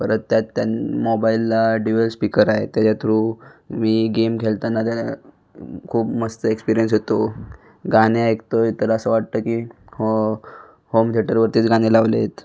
परत त्यात त्यां मोबाईलला डिवेल स्पीकर आहे तेच्या थ्रू मी गेम खेळताना जरा खूप मस्त एक्सपीरियन्स येतो गाणे ऐकतो आहे तर असं वाटतं की हो होम थेटरवरतीच गाणे लावले आहेत